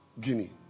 Guinea